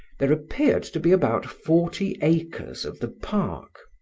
there appeared to be about forty acres of the park.